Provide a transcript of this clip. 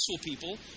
people